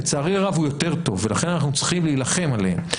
לצערי הרב הם יותר טובים ולכן אנחנו צריכים להילחם עליהם.